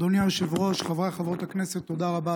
אדוני היושב-ראש, חברי וחברות הכנסת, תודה רבה.